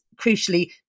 crucially